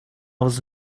was